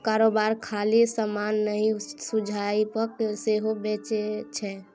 कारोबारी खाली समान नहि सुझाब सेहो बेचै छै